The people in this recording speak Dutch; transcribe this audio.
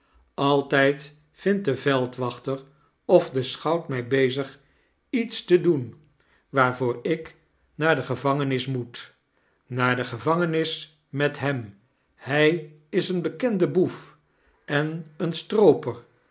vindt de veldwachter of de schout mij bezig iets te doen waarvoor ik naar de gevangenis moet naar de gevangenis met hem hij is een bekende boef en een strooper